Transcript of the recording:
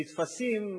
נתפסים,